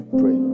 pray